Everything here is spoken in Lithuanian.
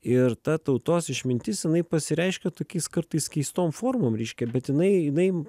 ir ta tautos išmintis jinai pasireiškia tokiais kartais keistom formom reiškia bet jinai jinai